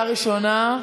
הצבעה ראשונה,